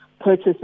purchase